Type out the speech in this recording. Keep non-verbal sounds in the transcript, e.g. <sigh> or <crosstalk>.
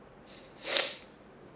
<noise>